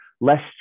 less